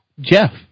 Jeff